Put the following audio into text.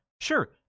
sure